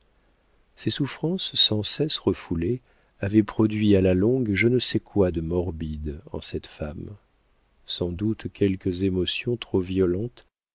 ces souffrances sans cesse refoulées avaient produit à la longue je ne sais quoi de morbide en cette femme sans doute quelques émotions trop violentes